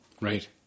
Right